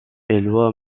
éloi